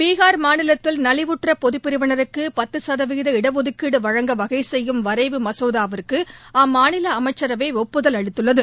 பீகார் மாநிலத்தில் நலிவுற்ற பொதுப் பிரிவினருக்கு பத்து சகதவீத இடஒதுக்கீடு வழங்க வகை செய்யும் வரைவு மசோதாவுக்கு அம்மாநில அமைசசரவை ஒப்புதல் அளித்துள்ளது